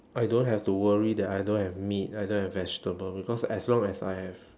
I don't have to worry that I don't have meat I don't have vegetable because as long as I have